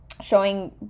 showing